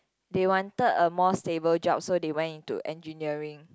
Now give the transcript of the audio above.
they wanted a more stable job so they went into engineering